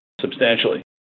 substantially